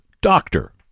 doctor